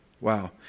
Wow